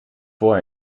voor